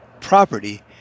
property